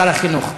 שר החינוך,